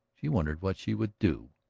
she wondered what she would do.